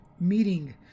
meeting